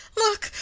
look!